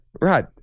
Right